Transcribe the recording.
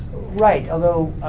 right although,